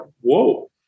whoa